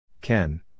Ken